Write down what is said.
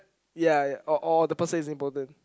ya ya or or the person is important